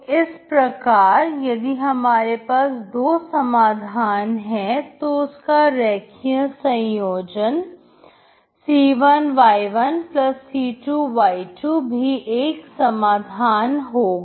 तो इस प्रकार यदि हमारे पास दो समाधान है तो उसका रेखीय संयोजन c1y1c2y2भी एक समाधान होगा